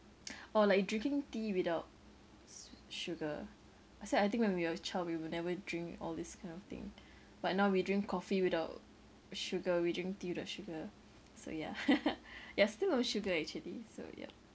or like drinking tea without s~ sugar except I think when we have child we will never drink all this kind of thing but now we drink coffee without sugar we drink tea without sugar so yeah ya still no sugar actually so yup